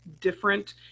different